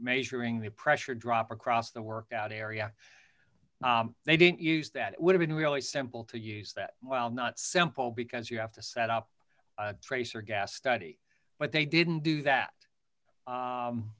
measuring the pressure drop across the workout area they didn't use that would have been really simple to use that well not simple because you have to set up tracer gas buddy but they didn't do that